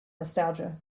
nostalgia